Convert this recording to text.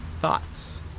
Thoughts